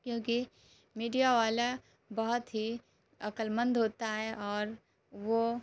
کیونکہ میڈیا والا بہت ہی عقلمند ہوتا ہے اور وہ